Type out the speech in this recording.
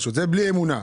זה בלי האמונה.